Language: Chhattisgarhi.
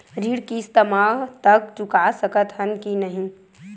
ऋण किस्त मा तक चुका सकत हन कि नहीं?